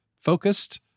focused